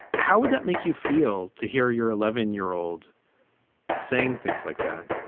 how would that make you feel to hear your eleven year old saying things like that?